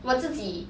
我自己 ji